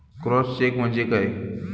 Cross check म्हणजे काय?